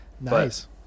Nice